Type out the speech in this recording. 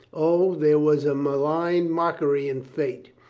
o, there was a malign mockery in fate.